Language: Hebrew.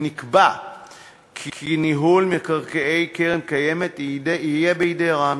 נקבע כי ניהול מקרקעי הקרן הקיימת יהיה בידי רמ"י,